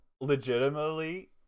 legitimately